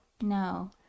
no